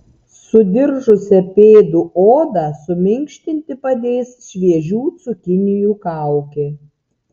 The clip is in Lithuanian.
sudiržusią pėdų odą suminkštinti padės šviežių cukinijų kaukė